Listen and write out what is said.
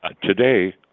today